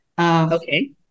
Okay